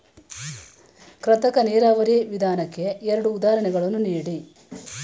ಕೃತಕ ನೀರಾವರಿ ವಿಧಾನಕ್ಕೆ ಎರಡು ಉದಾಹರಣೆ ನೀಡಿ?